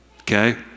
okay